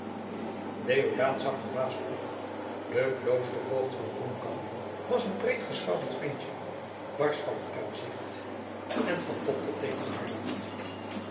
deodaat zag verbaasd op de kloostervoogd van bloemkamp was een breedgeschouderd ventje barsch van uitzicht en van top tot teen